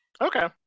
Okay